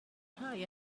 rhai